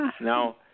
Now